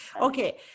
okay